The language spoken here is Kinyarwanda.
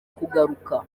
kugaruka